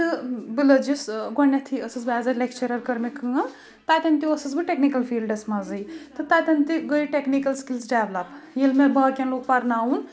تہٕ بہٕ لٔجِس گۄڈٕنؠتھٕے ٲسٕس بہٕ ایز اَ لؠکچِرَر کٔر مےٚ کٲم تَتؠن تِہ ٲسٕس بہٕ ٹؠکنِکَل فیٖلڈَس منٛزٕے تہٕ تَتؠن تہِ گٔے ٹؠکنِکَل سِکِلٕز ڈؠولَپ ییٚلہِ مےٚ باقٕیَن لوگ پَرناوُن